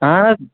اَہَن حظ